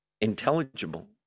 Intelligible